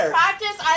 practice